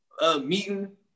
meeting